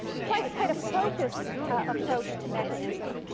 quite quite a focused approach to mechanism,